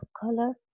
color